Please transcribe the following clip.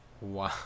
Wow